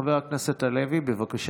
חבר הכנסת הלוי, בבקשה.